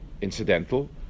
incidental